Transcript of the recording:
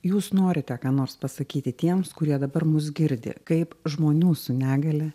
jūs norite ką nors pasakyti tiems kurie dabar mus girdi kaip žmonių su negalia